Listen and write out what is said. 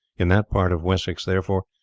in that part of wessex, therefore,